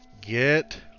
get